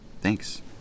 thanks